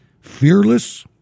fearless